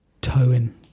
towing